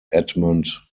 edmund